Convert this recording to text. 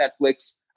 Netflix